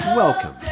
Welcome